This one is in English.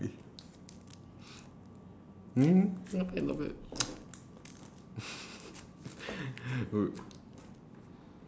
mm not bad not bad